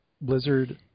Blizzard